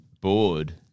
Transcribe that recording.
bored